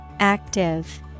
Active